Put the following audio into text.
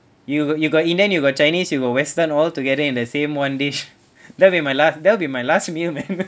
you got you got indian you got chinese you got western altogether in the same one dish that be my last that will be my last meal man